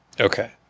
okay